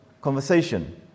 conversation